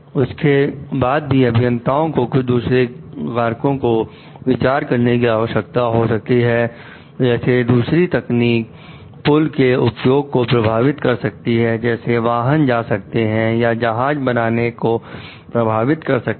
उसके बाद भी अभियंताओं को कुछ दूसरे कारकों को विचार करने की आवश्यकता हो सकती है जैसे दूसरी तकनीक पुल के उपयोग को प्रभावित कर सकती हैं जैसे वाहन जा सकते हैं या जहाज बनाने को प्रभावित कर सकती हैं